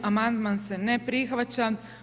Amandman se ne prihvaća.